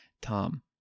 Tom